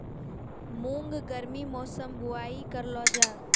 मूंग गर्मी मौसम बुवाई करलो जा?